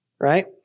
Right